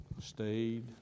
stayed